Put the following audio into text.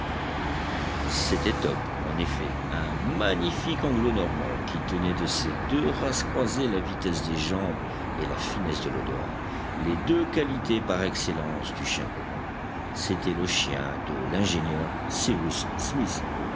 c'était top en effet un magnifique anglo normand qui tenait de ces deux races croisées la vitesse des jambes et la finesse de l'odorat les deux qualités par excellence du chien courant c'était le chien de l'ingénieur cyrus smith